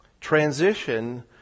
Transition